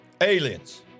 aliens